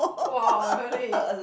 !wah! really